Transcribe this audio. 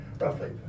roughly